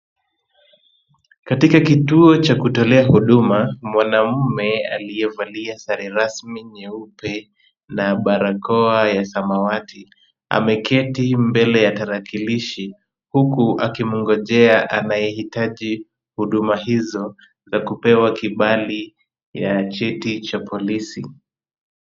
Katika kituo cha kutolea huduma, mwanamume aliyevalia sare rasmi nyeupe na barakoa ya samawati, ameketi mbele ya tarakilishi huku akimgojea anayehitaji huduma hizo za kupewa kibali ya cheti cha polisi.